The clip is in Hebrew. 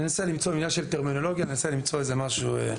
זה עניין של טרמינולוגיה, ננסה למצוא איזה משהו.